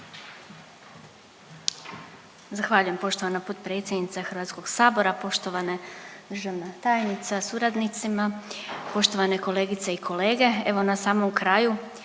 Zahvaljujem poštovana potpredsjednice HS, poštovana državna tajnica sa suradnicima, poštovane kolegice i kolege. Evo na samom kraju